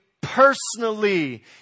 personally